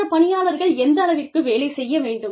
மற்ற பணியாளர்கள் எந்தளவிற்கு வேலை செய்ய வேண்டும்